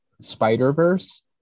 spider-verse